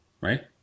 Right